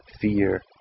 fear